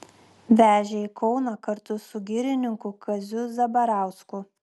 vežė į kauną kartu su girininku kaziu zabarausku